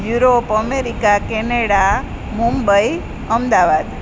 Europe America Canada Mumbai Ahmedabad